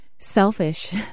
Selfish